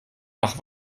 nach